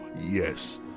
Yes